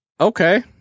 Okay